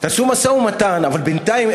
תעשו משא-ומתן, אבל בינתיים,